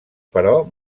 però